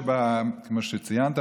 כמו שציינת,